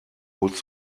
holst